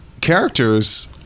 characters